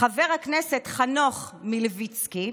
חבר הכנסת חנוך מלביצקי,